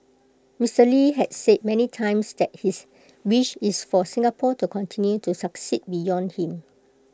Mister lee had said many times that his wish is for Singapore to continue to succeed beyond him